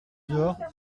dehors